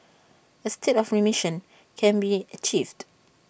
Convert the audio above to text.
A state of remission can be achieved